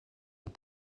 aux